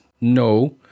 No